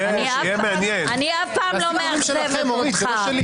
אני אף פעם לא מאכזבת אותך.